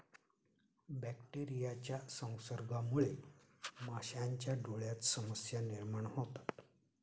बॅक्टेरियाच्या संसर्गामुळे माशांच्या डोळ्यांत समस्या निर्माण होतात